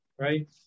right